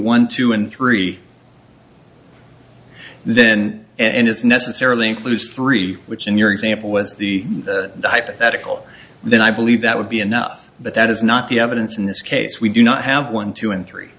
one two and three then and it's necessarily includes three which in your example was the hypothetical then i believe that would be enough but that is not the evidence in this case we do not have one two and three